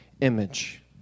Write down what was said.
image